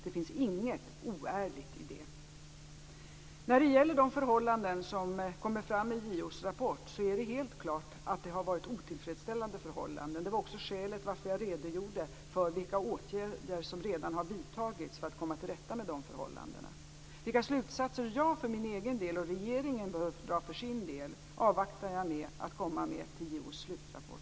Det finns inget oärligt i det. Det är helt klart att det är otillfredsställande förhållanden som har kommit fram i JO:s rapport. Det var också skälet till att jag redogjorde för vilka åtgärder som redan har vidtagits för att komma till rätta med de förhållandena. Jag avvaktar med mina egna och regeringens slutsatser till dess JO har avlämnat sin slutrapport.